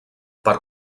per